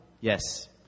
yes